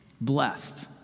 Blessed